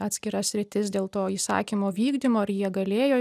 atskira sritis dėl to įsakymo vykdymo ar jie galėjo